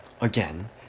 Again